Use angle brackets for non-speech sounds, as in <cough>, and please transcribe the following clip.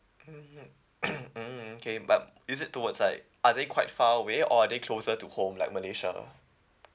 mmhmm <coughs> mm okay but is it towards like are they quite far away or are they closer to home like malaysia